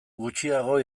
gutxiago